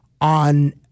on